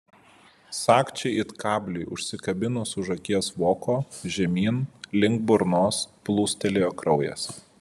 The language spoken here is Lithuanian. sagčiai it kabliui užsikabinus už akies voko žemyn link burnos plūstelėjo kraujas